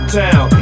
town